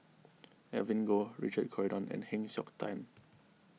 Evelyn Goh Richard Corridon and Heng Siok Tian